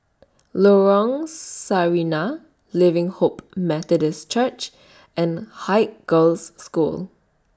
Lorong Sarina Living Hope Methodist Church and Haig Girls' School